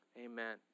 amen